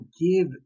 give